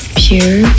pure